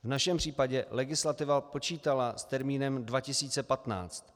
V našem případě legislativa počítala s termínem 2015.